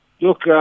look